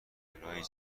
هیولایی